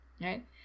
Right